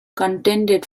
contended